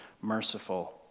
merciful